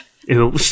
Ew